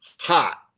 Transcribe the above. hot